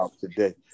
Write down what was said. today